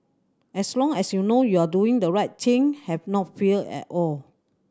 as long as you know you are doing the right thing have no fear at all